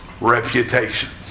reputations